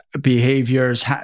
behaviors